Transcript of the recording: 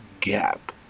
gap